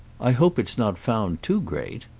i hope it's not found too great.